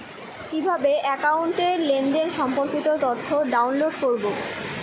কিভাবে একাউন্টের লেনদেন সম্পর্কিত তথ্য ডাউনলোড করবো?